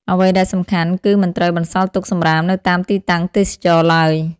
អ្វីដែលសំខាន់ គឺមិនត្រូវបន្សល់ទុកសំរាមនៅតាមទីតាំងទេសចរណ៍ឡើយ។